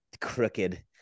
crooked